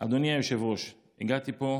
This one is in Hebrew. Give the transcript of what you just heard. אדוני היושב-ראש, הגעתי לפה